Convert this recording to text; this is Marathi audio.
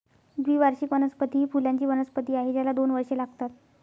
द्विवार्षिक वनस्पती ही फुलांची वनस्पती आहे ज्याला दोन वर्षे लागतात